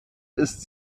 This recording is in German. ist